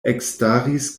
ekstaris